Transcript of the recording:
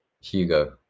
Hugo